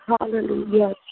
hallelujah